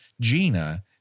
Gina